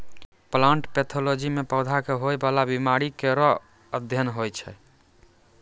plant pathology म पौधा क होय वाला बीमारी केरो अध्ययन होय छै